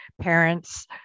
parents